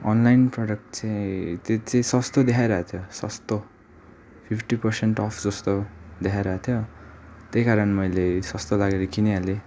online product चाहिँ त्यो चाहिँ सस्तो देखाइरहेको थियो सस्तो फिफ्टी पर्सेन्ट अफ् जस्तो देखाइरहेको थियो त्यही कारण मैले सस्तो लागेर किनिहालेँ